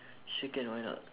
sure can why not